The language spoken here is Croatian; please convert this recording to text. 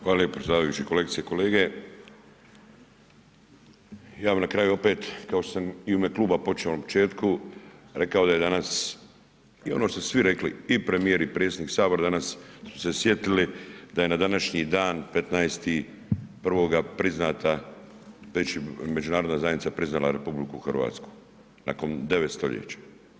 Hvala lijepo predsjedavajući, kolegice i kolege, ja bi na kraju opet kao što sam i u ime kluba počeo na početku, rekao da je danas i ono što su svi rekli i premijer i predsjednik Sabora danas su se sjetili da je na današnji dan 15.1. priznata, međunarodna zajednica priznala RH nakon 9 stoljeća.